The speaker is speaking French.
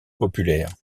populaire